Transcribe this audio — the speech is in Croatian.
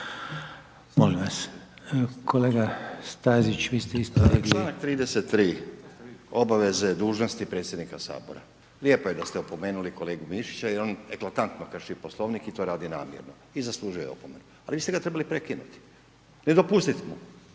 molim vas. Kolega Stazić, vi ste isto digli.